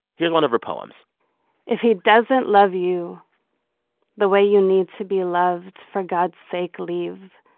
here's one of her poems if he doesn't love you the way you need to be loved, for god's sake, leave.